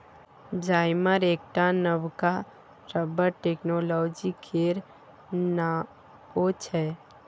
जाइमर एकटा नबका रबर टेक्नोलॉजी केर नाओ छै